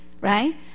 right